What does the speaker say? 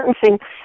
sentencing